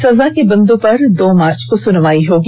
सजा के बिंदु पर दो मार्च को सुनवाई होगी